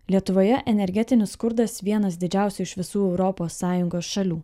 lietuvoje energetinis skurdas vienas didžiausių iš visų europos sąjungos šalių